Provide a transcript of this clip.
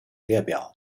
列表